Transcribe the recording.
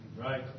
Right